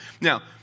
Now